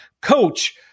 coach